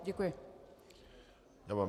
Děkuji vám.